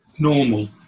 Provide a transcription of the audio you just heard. normal